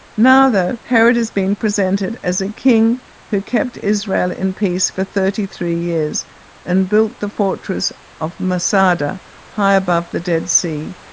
now, though, herod is being presented as a king who kept israel in peace for thirty three years and built the fortress of masada high above the dead sea,